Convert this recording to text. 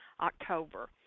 October